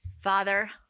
Father